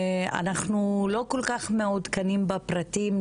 אנחנו לא כל כך מעודכנים בפרטים,